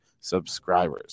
subscribers